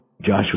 Joshua